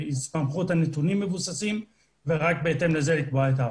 בהסתמכות על נתונים מבוססים ורק בהתאם לזה לקבוע את הערכים.